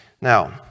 now